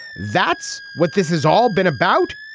that's what this is all been about.